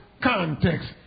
context